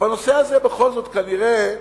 בנושא הזה בכל זאת כנראה